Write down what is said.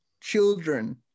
children